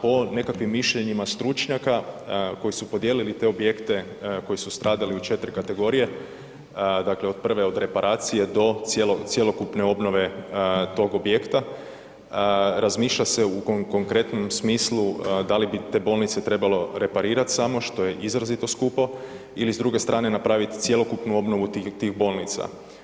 Po nekakvim mišljenjima stručnjaka koji su podijelili te objekte koji su stradali u 4 kategorije, dakle od prve od reparacije do cjelokupne obnove tog objekta, razmišlja se u konkretnom smislu da li bi te bolnice trebalo reparirati, samo što je izrazito skupo ili s druge strane napraviti cjelokupnu obnovu tih bolnica.